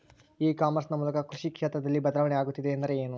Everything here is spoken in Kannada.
ಇ ಕಾಮರ್ಸ್ ನ ಮೂಲಕ ಕೃಷಿ ಕ್ಷೇತ್ರದಲ್ಲಿ ಬದಲಾವಣೆ ಆಗುತ್ತಿದೆ ಎಂದರೆ ಏನು?